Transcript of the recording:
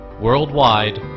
worldwide